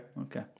Okay